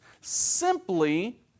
simply